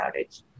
outage